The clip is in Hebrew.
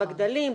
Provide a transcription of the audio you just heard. בגדלים,